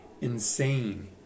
insane